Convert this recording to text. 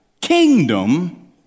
kingdom